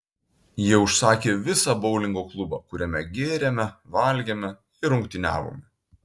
jie užsakė visą boulingo klubą kuriame gėrėme valgėme ir rungtyniavome